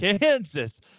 Kansas